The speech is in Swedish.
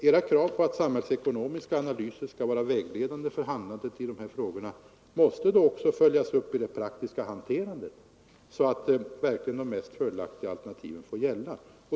Era krav på att samhällsekonomiska analyser skall vara vägledande för handlandet i de här frågorna måste då också följas upp i det praktiska hanterandet, så att verkligen de mest fördelaktiga alternativen får gälla.